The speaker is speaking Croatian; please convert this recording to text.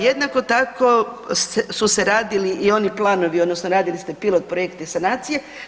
Jednako tako su se radili oni planovi odnosno radili ste pilot projekt te sanacije.